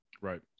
Right